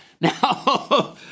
Now